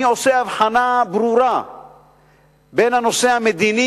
אני עושה הבחנה ברורה בין הנושא המדיני,